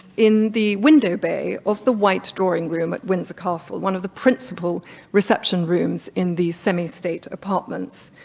in the window bay of the white drawing room at windsor castle, one of the principle reception rooms in the semi state apartments.